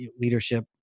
leadership